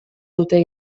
dute